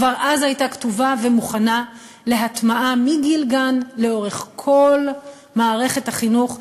כבר אז היא הייתה כתובה ומוכנה להטמעה מגיל גן לאורך כל מערכת החינוך,